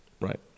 Right